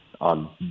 on